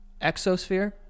Exosphere